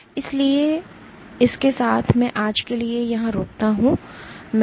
इसलिए इसके साथ मैं आज के लिए यहां रुकता हूं